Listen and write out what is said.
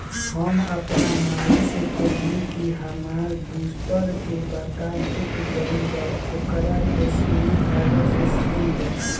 हम आपन माई से कहनी कि हामार बूस्टर के बटाम टूट गइल बा ओकरा के सुई धागा से सिल दे